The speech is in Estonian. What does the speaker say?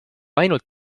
ainult